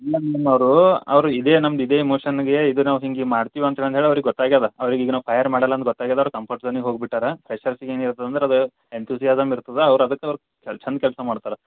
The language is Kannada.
ಇಲ್ಲ ನಿಮ್ಮವರು ಅವರು ಇದೇ ನಮ್ದು ಇದೇ ಮೋಶನ್ಗೆ ಇದು ನಾವು ಹಿಂಗಿಂಗೆ ಮಾಡ್ತೀವಿ ಅಂತಂದು ಹೇಳಿ ಅವರಿಗೆ ಗೊತ್ತಾಗ್ಯದೆ ಅವ್ರಿಗೆ ಈಗ ನಾವು ಫಯರ್ ಮಾಡೋಲ್ಲ ಅಂದು ಗೊತ್ತಾಗ್ಯದ ಅವ್ರು ಕಂಫರ್ಟ್ ಜೋನಿಗೆ ಹೋಗಿ ಬಿಟ್ಟಾರ ಫ್ರೆಶರ್ಸಿಗೆ ಏನು ಇರ್ತದಂದ್ರೆ ಅದು ಎನ್ತುಸಿಯಾಸಮ್ ಇರ್ತದೆ ಅವ್ರು ಅದಕ್ಕೆ ಅವ್ರು ಚಲ್ ಚಂದ ಕೆಲಸ ಮಾಡ್ತಾರೆ